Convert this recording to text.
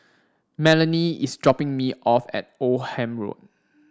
Melonie is dropping me off at Oldham Road